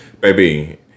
baby